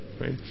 right